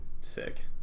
Sick